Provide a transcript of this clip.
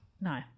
No